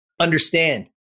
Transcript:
Understand